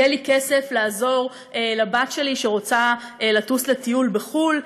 יהיה לי כסף לעזור לבת שלי שרוצה לטוס לטיול בחו"ל?